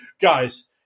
guys